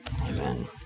Amen